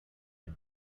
had